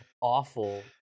awful